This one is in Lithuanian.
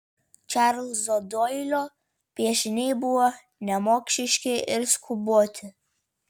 čarlzo doilio piešiniai buvo nemokšiški ir skuboti